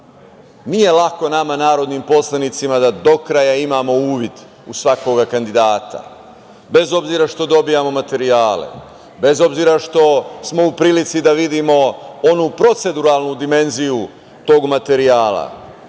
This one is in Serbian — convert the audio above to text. nije lako nama narodnim poslanicima da do kraja imamo uvid u svakog kandidata bez obzira što dobijamo materijale, bez obzira što smo u prilici da vidimo onu proceduralnu dimenziju tog materijala,